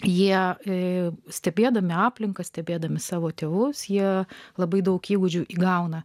jie ėjo stebėdami aplinką stebėdami savo tėvus jie labai daug įgūdžių įgauna